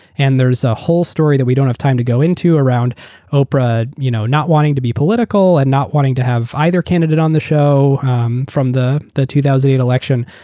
and there's a whole story that we don't have time to go into around oprah you know not wanting to be political and not wanting to have either candidate on the show um from the the two thousand and eight election.